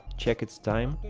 check its time